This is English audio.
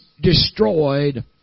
destroyed